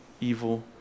evil